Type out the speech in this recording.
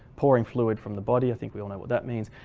pouring fluid from the body, i think we all know what that means,